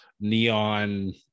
neon